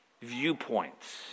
viewpoints